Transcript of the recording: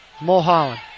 Mulholland